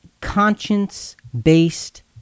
conscience-based